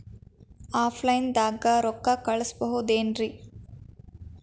Offline ದಾಗ ರೊಕ್ಕ ಕಳಸಬಹುದೇನ್ರಿ?